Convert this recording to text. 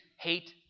hate